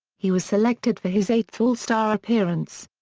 he was selected for his eighth all-star appearance.